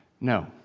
No